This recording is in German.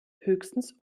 höchstens